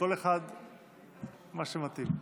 לכל אחד מה שמתאים.